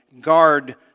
guard